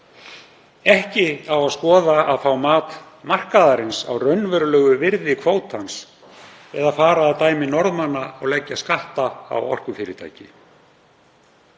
Ekki á að skoða að fá mat markaðarins á raunverulegu virði kvótans eða fara að dæmi Norðmanna og leggja skatta á orkufyrirtæki.